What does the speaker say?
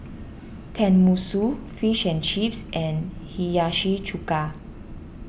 Tenmusu Fish and Chips and Hiyashi Chuka